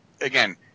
again